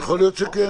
כן, יכול להיות שכן.